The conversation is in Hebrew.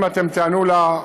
אם אתם תיענו לה,